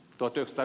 ukkolalle